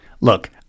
Look